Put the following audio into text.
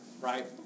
Right